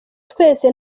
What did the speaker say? twese